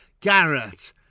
Garrett